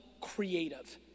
creative